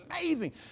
amazing